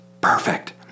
perfect